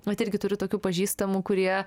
vat irgi turiu tokių pažįstamų kurie